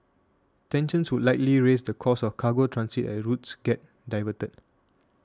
tensions would likely raise the cost of cargo transit as routes get diverted